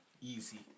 easy